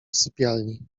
sypialni